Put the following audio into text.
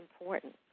important